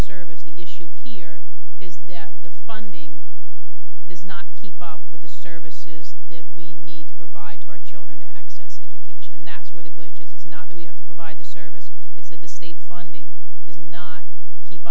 service the issue here is that the funding does not keep up with the services that we need to provide to our children to access education and that's where the glitch is it's not that we have to provide the service it's that the state funding does not keep